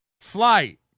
flight